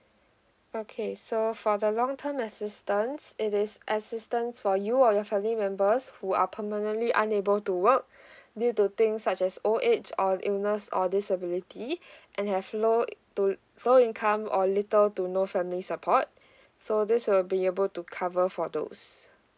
okay so for the long term assistance it is assistance for you or your family members who are permanently unable to work due to things such as old age or illness or disability and have low to low income or little to no family support so this will be able to cover for those